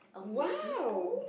!wow!